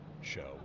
show